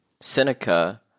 Seneca